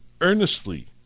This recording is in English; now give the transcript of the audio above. earnestly